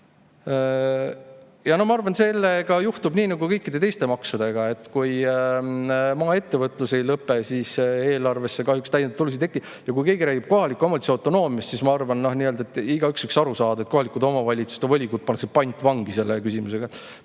No ma arvan, et sellega juhtub nii nagu kõikide teiste maksudega. Isegi kui maaettevõtlus ei lõpe, siis eelarvesse kahjuks täiendavat tulu ei teki. Ja kui keegi räägib kohaliku omavalitsuse autonoomiast, siis ma arvan, et igaüks võiks aru saada, et kohalike omavalitsuste volikogud pannakse pantvangi selle [sättega].